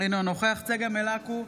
אינו נוכח צגה מלקו,